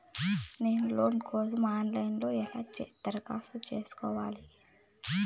నేను లోను కోసం online లో ఎలా దరఖాస్తు ఎలా సేసుకోవాలి?